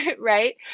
right